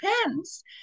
depends